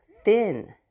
thin